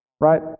right